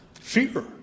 fear